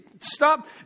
Stop